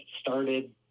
started